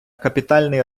капітальний